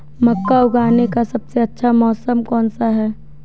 मक्का उगाने का सबसे अच्छा मौसम कौनसा है?